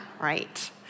right